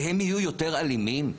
והם יהיו יותר אלימים.